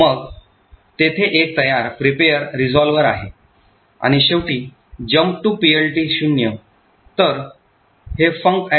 मग तेथे एक तयार prepare resolver आहे आणि शेवटी jump to PLT0